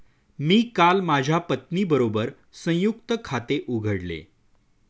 मी काल माझ्या पत्नीबरोबर संयुक्त खाते उघडले